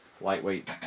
lightweight